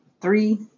three